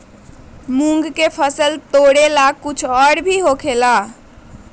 मूंग के फसल तोरेला कुछ और भी होखेला?